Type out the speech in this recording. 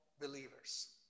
believers